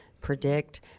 predict